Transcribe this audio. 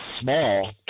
small